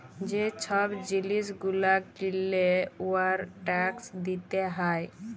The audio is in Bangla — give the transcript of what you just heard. যে ছব জিলিস গুলা কিলে উয়ার ট্যাকস দিতে হ্যয়